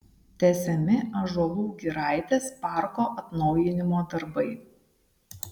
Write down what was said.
tęsiami ąžuolų giraitės parko atnaujinimo darbai